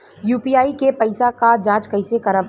UPI के पैसा क जांच कइसे करब?